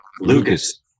Lucas